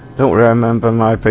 remember my